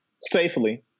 safely